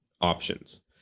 options